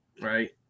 right